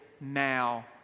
now